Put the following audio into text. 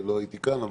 כשלא הייתי כאן.